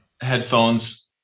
headphones